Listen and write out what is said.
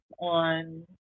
on